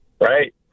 right